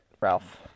Ralph